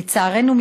לצערנו,